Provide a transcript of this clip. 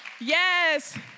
yes